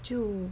就